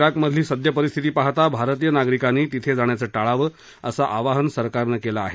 जिकमधली सद्य परिस्थिती पाहता भारतीय नागरिकांनी तिथे जाण्याचं टाळावं असं आवाहन सरकारनं केलं आहे